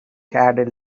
had